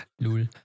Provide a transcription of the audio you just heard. Lul